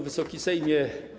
Wysoki Sejmie!